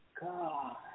God